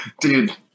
Dude